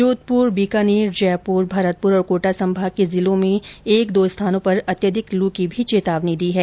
जोधपुर बीकानेर जयपुर भरतपुर और कोटा संभाग के जिलों में एक दो स्थानों पर अत्यधिक लू की भी चेतावनी दी है